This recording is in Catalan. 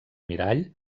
mirall